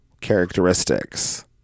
characteristics